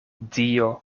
dio